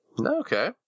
Okay